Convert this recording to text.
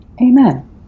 amen